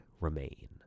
remain